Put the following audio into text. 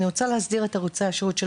אני רוצה להסדיר את ערוצי השירות,